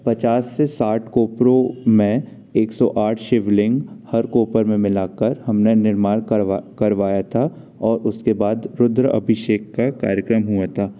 पचास से साठ कोपरो में एक सौ आठ शिवलिंग हर कॉपर में मिला कर हमने निर्माण करवा करवाया था और उसके बाद रुद्र अभिषेक का कार्यक्रम हुआ था